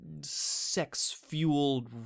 sex-fueled